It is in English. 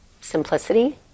simplicity